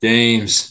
James